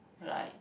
like